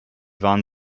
waren